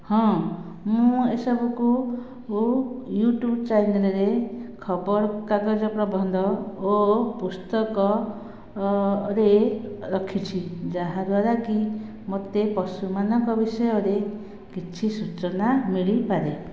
ହଁ ମୁଁ ଏସବୁ କୁ ୟୁଟୁବ ଚ୍ୟାନେଲ ରେ ଖବର କାଗଜ ପ୍ରବନ୍ଧ ଓ ପୁସ୍ତକ ରେ ରଖିଛି ଯାହାଦ୍ବାରା କି ମୋତେ ପଶୁମାନଙ୍କ ବିଷୟରେ କିଛି ସୂଚନା ମିଳିପାରେ